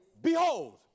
behold